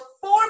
four